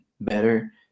better